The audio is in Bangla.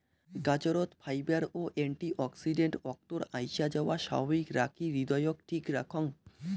গাজরত ফাইবার ও অ্যান্টি অক্সিডেন্ট অক্তর আইসাযাওয়া স্বাভাবিক রাখি হৃদয়ক ঠিক রাখং